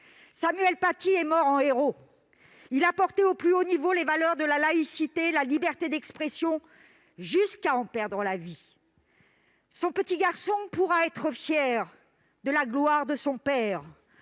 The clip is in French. Samuel Paty est mort en héros. Il a porté au plus haut niveau les valeurs de la laïcité et de la liberté d'expression, jusqu'à en perdre la vie. Son petit garçon pourra être fier de la gloire de son père,